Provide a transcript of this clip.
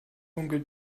onkel